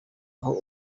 aho